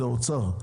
האוצר,